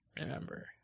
remember